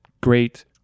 Great